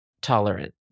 tolerant